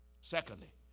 Secondly